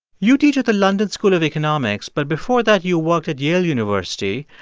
you teach at the london school of economics, but before that, you worked at yale university.